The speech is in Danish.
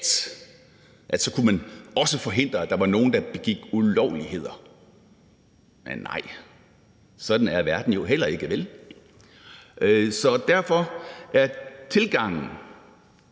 også kunne forhindre, at der var nogen, der begik ulovligheder. Men nej, sådan er verden jo heller ikke, vel? Så derfor er tilgangen